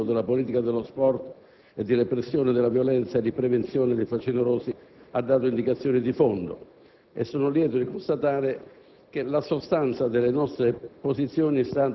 Ciocchetti, una persona che, sul punto complessivo della politica dello sport, di repressione della violenza e di prevenzione dei facinorosi, ha dato indicazioni di fondo e sono lieto di constatare